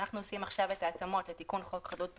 אנחנו עושים עכשיו את ההתאמות לחוק חדלות פירעון,